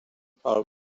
pawb